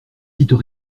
dites